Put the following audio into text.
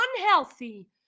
unhealthy